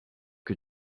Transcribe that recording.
que